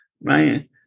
right